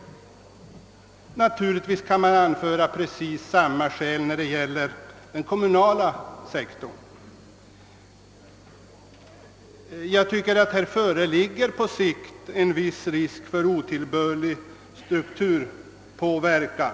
Naturligtvis kan precis samma skäl anföras när det gäller den kommunala sektorn. Jag tycker att det härvidlag på sikt föreligger en viss risk för otillbörlig strukturpåverkan.